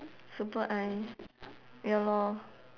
super eye ya lor